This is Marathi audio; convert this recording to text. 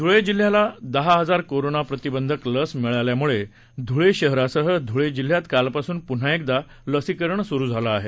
ध्वळे जिल्ह्याला दहा हजार कोरोना प्रतिबंधक लसी मिळाल्यामुळे ध्वळे शहरासह ध्वळे जिल्ह्यात कालपासून पुन्हा एकदा लसीकरण सुरू झालं आहे